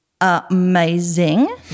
amazing